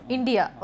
India